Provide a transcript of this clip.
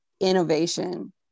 innovation